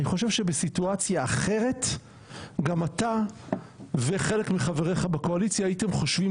אני חושב שבסיטואציה אחרת גם אתה וחלק מחבריך בקואליציה הייתם חושבים